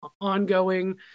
ongoing